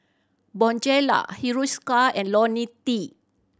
Bonjela Hiruscar and Ionil T